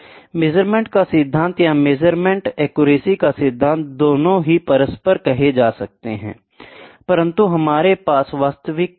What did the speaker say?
measurement का सिद्धांत या मेजरमेंट एक्यूरेसी का सिद्धांत दोनों ही परस्पर कहे जा सकते हैं I परंतु हमारे पास वास्तविक क्या है